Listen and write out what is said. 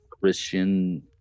Christian